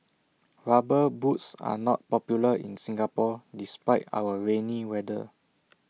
rubber boots are not popular in Singapore despite our rainy weather